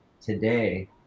today